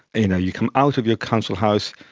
you know you come out of your council house,